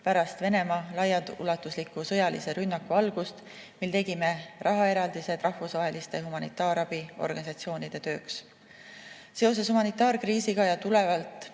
pärast Venemaa laiaulatusliku sõjalise rünnaku algust, mil tegime rahaeraldised rahvusvaheliste humanitaarabiorganisatsioonide tööks. Seoses humanitaarkriisiga ja tulenevalt